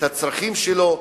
את הצרכים שלו,